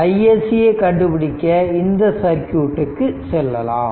iSC ஐ கண்டுபிடிக்க இந்த சர்க்யூட் க்கு செல்லலாம்